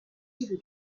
rive